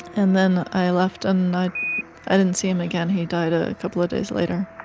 and then i left and i didn't see him again, he died ah a couple of days later.